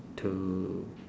two